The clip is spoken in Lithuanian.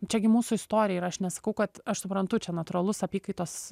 čia gi mūsų istorija ir aš nesakau kad aš suprantu čia natūralus apykaitos